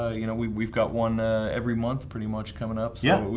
ah you know we've we've got one every month pretty much coming up yeah,